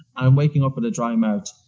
and waking up with a dry mouth,